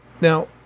Now